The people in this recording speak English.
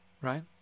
Right